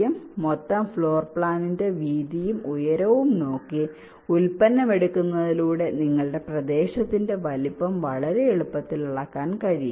അതിനാൽ മൊത്തം ഫ്ലോർ പ്ലാനിന്റെ വീതിയും ഉയരവും നോക്കി ഉൽപ്പന്നം എടുക്കുന്നതിലൂടെ നിങ്ങളുടെ പ്രദേശത്തിന്റെ വലുപ്പം വളരെ എളുപ്പത്തിൽ അളക്കാൻ കഴിയും